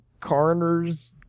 coroners